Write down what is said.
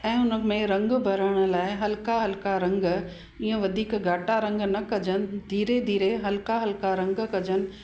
ऐं हुन में रंग भरण लाइ हल्का हल्का रंग इअं वधीक घाटा रंग न कजनि धीरे धीरे हल्का हल्का रंग कजनि